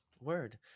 Word